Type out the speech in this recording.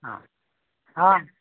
ହଁ ହଁ